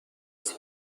دیدم